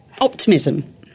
optimism